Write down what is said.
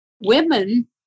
women